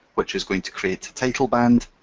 which is going to create a title band,